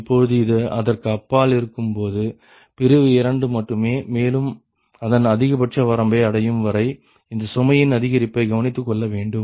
இப்பொழுது இது அதற்கு அப்பால் இருக்கும்போது பிரிவு இரண்டு மட்டுமே மேலும் அதன் அதிகபட்ச வரம்பை அடையும் வரை இந்த சுமையின் அதிகரிப்பை கவனித்துக்கொள்ள வேண்டும்